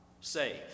save